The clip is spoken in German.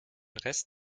rest